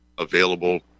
available